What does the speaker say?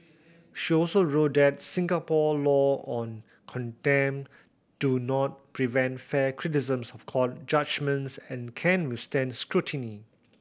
she also wrote that Singapore law on contempt do not prevent fair criticisms of court judgements and can withstand scrutiny